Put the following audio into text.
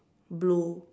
blue